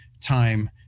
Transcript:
time